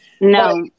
No